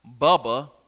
Bubba